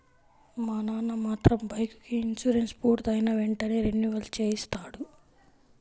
మా నాన్న మాత్రం బైకుకి ఇన్సూరెన్సు పూర్తయిన వెంటనే రెన్యువల్ చేయిస్తాడు